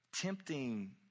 Tempting